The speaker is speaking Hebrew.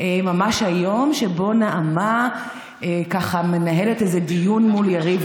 ממש היום שבו נעמה מנהלת איזה דיון מול יריב